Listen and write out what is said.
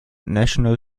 national